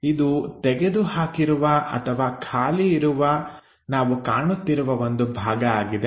ಇದು ತೆಗೆದುಹಾಕಿರುವ ಅಥವಾ ಖಾಲಿ ಇರುವ ನಾವು ಕಾಣುತ್ತಿರುವ ಒಂದು ಭಾಗ ಆಗಿದೆ